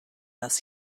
dass